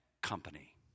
company